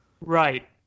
Right